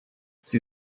sie